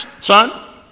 Son